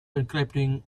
encrypting